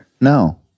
No